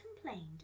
complained